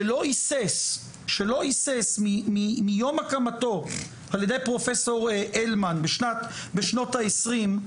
שלא היסס שלא היסס מיום הקמתו על ידי פרופסור אלמן בשנת בשנות ה-20,